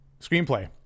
screenplay